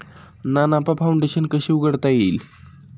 ना नफा फाउंडेशन कशी उघडता येईल?